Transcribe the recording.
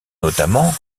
notamment